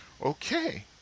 okay